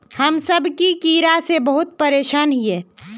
हम सब की कीड़ा से बहुत परेशान हिये?